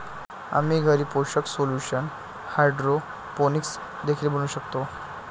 आम्ही घरी पोषक सोल्यूशन हायड्रोपोनिक्स देखील बनवू शकतो